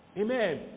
Amen